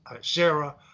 Sarah